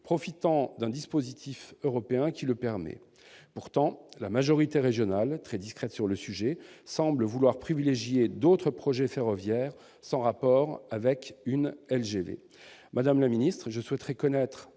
profitant d'un dispositif européen qui le permet. Pourtant, la majorité régionale, très discrète sur le sujet, semble vouloir privilégier d'autres projets ferroviaires sans rapport avec une LGV. Madame la ministre, je souhaiterais connaître